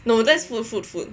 no that's food food food